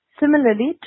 similarly